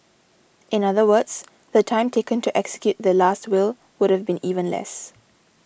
in other words the time taken to execute the Last Will would have been even less